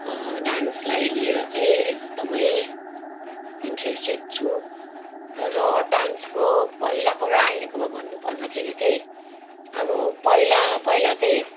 डान्सलाई लिएर चाहिँ एकदमै इन्ट्रेस्टेड छु र डान्सको पहिलाको र अहिलेको भन्नुपर्दाखेरि चाहिँ अब पहिला पहिला चाहिँ